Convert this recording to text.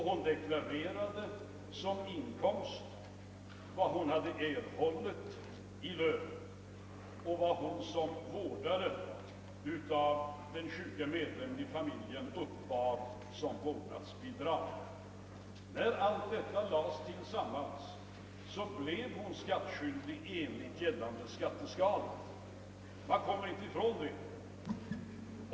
Hon uppgav också som inkomst vad hon hade erhållit i lön och vad hon såsom vårdare av den sjuke medlemmen i familjen uppburit i vårdnadsbidrag. När allt detta lades tillsammans blev hon skattskyldig enligt gällande skatteskala — det kommer man inte ifrån.